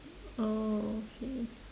oh okay